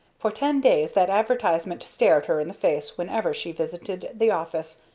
for ten days that advertisement stared her in the face whenever she visited the office,